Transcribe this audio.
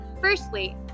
firstly